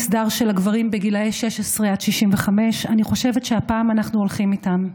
מסדר של הגברים בגילי 16 עד 65. אני חושבת שהפעם אנחנו הולכים איתם.